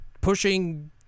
pushing